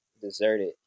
deserted